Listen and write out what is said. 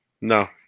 no